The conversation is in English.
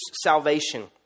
salvation